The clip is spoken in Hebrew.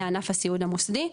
לענף הסיעוד המוסדי,